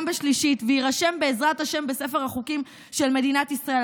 בשלישית ויירשם בעזרת השם בספר החוקים של מדינת ישראל.